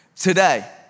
today